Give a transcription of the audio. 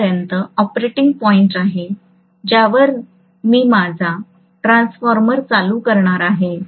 तोपर्यंत operating point आहे ज्यावर मी माझा ट्रान्सफॉर्मर चालू करणार आहे